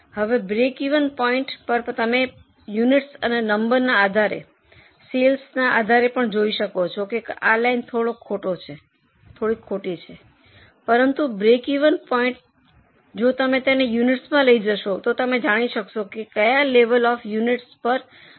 હવે breakeven point પર તમે યુનિટસ અને નંબર આધારે અને સેલ્સના આધારે જોઈ શકો છો કદાચ આ લાઇન થોડો ખોટો છે પરંતુ બ્રેકિવન પોઇન્ટથી જો તમે તેને યુનિટસમાં લઈ જશો તો તમે જાણી શકશો કે કયા લેવલ ઑફ યુનિટસ પર બ્રેકિવન જોઈએ